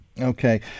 Okay